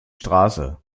straße